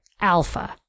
Alpha